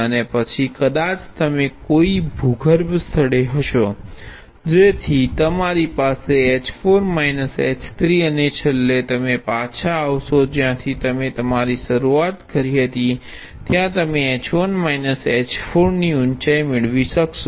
અને પછી કદાચ તમે કોઈ ભૂગર્ભ સ્થળે જશો જેથી તમારી પાસે h4 h3 અને છેલ્લે તમે પાછા આવશો જ્યાંથી તમે તમારી શરૂઆત કરી હતી ત્યાં તમે h1 h4 ની ઉંચાઈ મેળવી શકશો